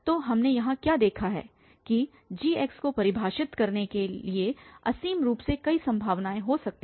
तो हमने यहाँ क्या देखा है कि g को परिभाषित करने के लिए असीम रूप से कई संभावनाएं हो सकती हैं